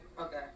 Okay